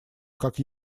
как